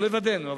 לא לבדנו,